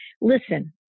Listen